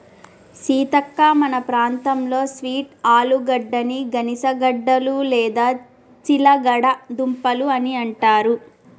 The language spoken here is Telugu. సీతక్క మన ప్రాంతంలో స్వీట్ ఆలుగడ్డని గనిసగడ్డలు లేదా చిలగడ దుంపలు అని అంటారు